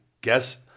guess